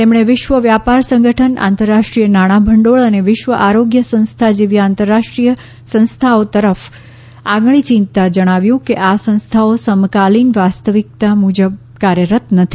તેમણે વિશ્વ વ્યાપાર સંગઠન આંતરરાષ્ટ્રીય નાણાભંડોળ અને વિશ્વ આરોગ્ય સંસ્થા જેવી આંતરરાષ્ટ્રીય સંસ્થાઓ તરફ આંગળી ચીંધતા જણાવ્યું કે આ સંસ્થાઓ સમકાલીન વાસ્તવિકતા મુજબ કાર્યરત નથી